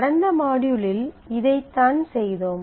கடந்த மாட்யூலில் இதைத்தான் செய்தோம்